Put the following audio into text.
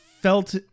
felt